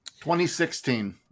2016